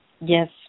Yes